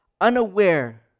unaware